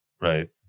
Right